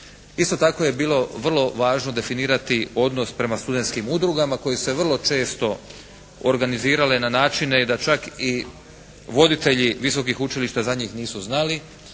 Isto tako je bilo vrlo važno definirati odnos prema studentskim udrugama koje su se vrlo često organizirale na načine da čak i voditelji visokih učilišta za njih nisu znali.